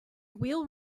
wheel